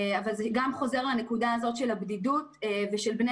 זה חוזר לנקודה הזאת של הבדידות של בני